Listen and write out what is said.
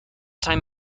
time